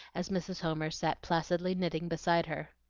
as mrs. homer sat placidly knitting beside her.